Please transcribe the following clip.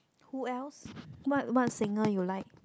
who else what what singer you like